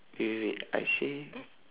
wait wait wait I say